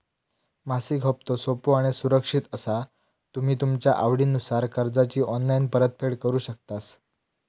मासिक हप्तो सोपो आणि सुरक्षित असा तुम्ही तुमच्या आवडीनुसार कर्जाची ऑनलाईन परतफेड करु शकतास